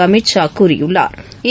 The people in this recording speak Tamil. அமித் ஷா கூறியுள்ளாா்